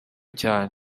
cyane